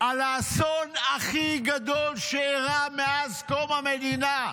על האסון הכי גדול שאירע מאז קום המדינה: